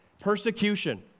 Persecution